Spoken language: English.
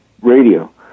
radio